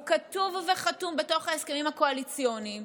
הוא כתוב וחתום בתוך ההסכמים הקואליציוניים,